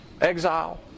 Exile